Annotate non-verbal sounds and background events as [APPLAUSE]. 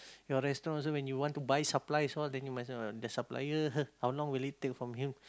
your restaurant also when you want to buy supplies all then you must know the supplier [LAUGHS] how long will it take from here